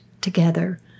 together